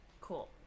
Cool